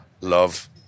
love